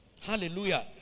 Hallelujah